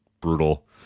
brutal